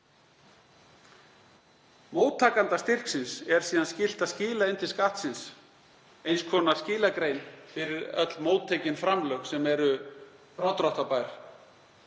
Móttakanda styrksins er síðan skylt að skila inn til Skattsins eins konar skilagrein fyrir öll móttekin framlög sem eru frádráttarbær